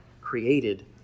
created